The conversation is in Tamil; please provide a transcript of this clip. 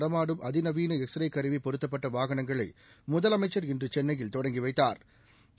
நடமாடும் அதிநவீன எக்ஸ் ரே கருவி பொருத்தப்பட்ட வாகனங்களை முதலமைச்சள் இன்று சென்னையில் தொடங்கி வைத்தாா்